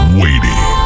waiting